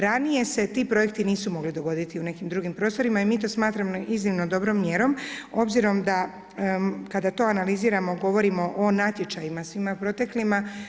Ranije se ti projekti nisu mogli dogoditi u nekim drugim prostorima i mi to smatramo iznimno dobrom mjerom obzirom da kada to analiziramo govorimo o natječajima svima proteklima.